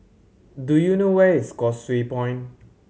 do you know where is Causeway Point